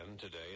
today